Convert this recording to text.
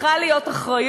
צריכה להיות אחריות,